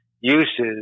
uses